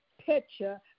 picture